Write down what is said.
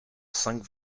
cinq